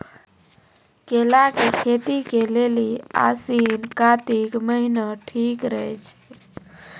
केला के खेती के लेली आसिन कातिक महीना ठीक रहै छै